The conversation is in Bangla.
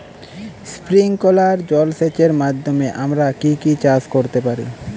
স্প্রিংকলার জলসেচের মাধ্যমে আমরা কি কি চাষ করতে পারি?